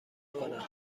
کنم